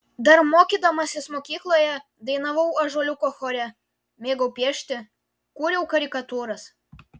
dar mokydamasis mokykloje dainavau ąžuoliuko chore mėgau piešti kūriau karikatūras